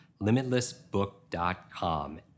Limitlessbook.com